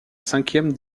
cinquième